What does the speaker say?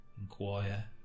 inquire